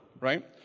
right